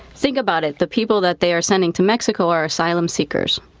think about it. the people that they are sending to mexico are asylum seekers.